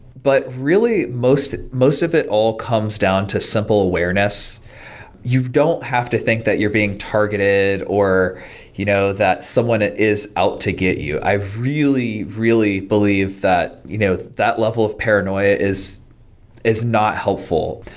but really, most most of it all comes down to simple awareness you don't have to think that you're being targeted, or you know that someone is out to get you. i really, really believe that you know that level of paranoia is is not helpful.